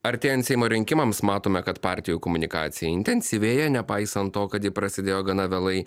artėjant seimo rinkimams matome kad partijų komunikacija intensyvėja nepaisant to kad ji prasidėjo gana vėlai